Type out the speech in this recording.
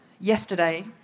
yesterday